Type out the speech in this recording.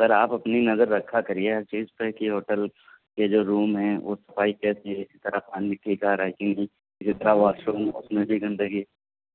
سر آپ اپنی نظر رکھا کریے ہر چیز پہ کہ ہوٹل کے جو روم ہیں وہ صفائی کیسی ہے اسی طرح پانی ٹھیک آ رہا ہے کہ نہیں اسی طرح واش روم اور اس میں بھی گندگی